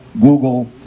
Google